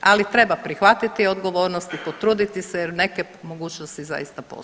Ali treba prihvatiti odgovornost i potruditi se jer neke mogućnosti zaista postoje.